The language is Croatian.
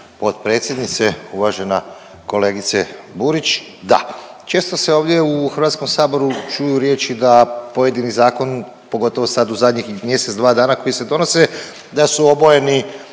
potpredsjednice, uvažena kolegice Burić, da. Često se ovdje u Hrvatskom saboru čuju riječi da pojedini zakon pogotovo sad u zadnjih mjesec, dva dana koji se donose, da su obojeni